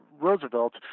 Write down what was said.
Roosevelt